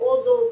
הודו,